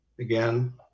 again